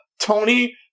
Tony